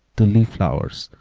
to leave flowers,